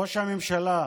ראש הממשלה,